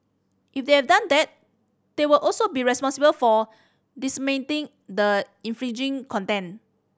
if they're done that they would also be responsible for disseminating the infringing content